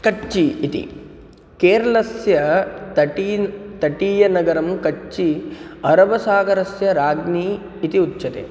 कच्चि इति केरलस्य तटीयं तटीयनगरं कच्चि अरबसागरस्य राज्ञी इति उच्यते